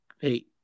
hey